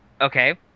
Okay